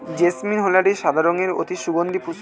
jasmine হল একটি সাদা রঙের অতি সুগন্ধি পুষ্প